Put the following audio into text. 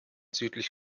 südlich